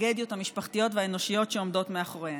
הטרגדיות המשפחתיות והאנושיות שעומדות מאחוריהן.